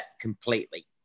completely